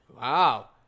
Wow